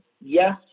yes